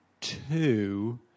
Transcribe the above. two